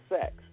sex